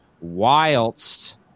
whilst